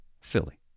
silly